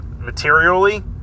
materially